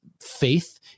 faith